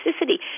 toxicity